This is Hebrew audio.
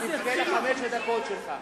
תתחלנה חמש הדקות שלך.